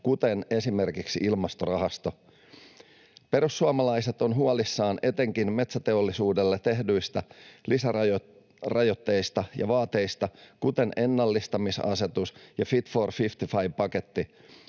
kuten esimerkiksi Ilmastorahasto. Perussuomalaiset ovat huolissaan etenkin metsäteollisuudelle tehdyistä lisärajoitteista ja ‑vaateista, kuten ennallistamisasetus ja Fit for 55 ‑paketti,